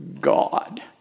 God